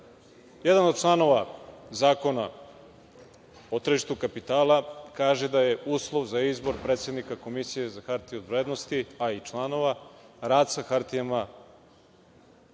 Jedan od članova Zakona o tržištu kapitala kaže da je uslov za izbor predsednika Komisije za hartije od vrednosti, pa i članova rad sa hartijama